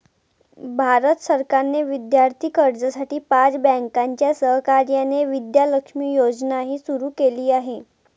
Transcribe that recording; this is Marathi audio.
भारत सरकारने विद्यार्थी कर्जासाठी पाच बँकांच्या सहकार्याने विद्या लक्ष्मी योजनाही सुरू केली आहे